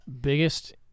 biggest